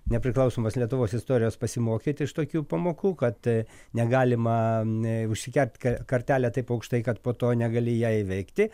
nepriklausomos lietuvos istorijos pasimokyti iš tokių pamokų kad negalima užsikelt ka kartelę taip aukštai kad po to negali ją įveikti